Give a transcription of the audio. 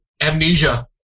amnesia